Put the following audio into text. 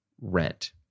rent